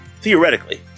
Theoretically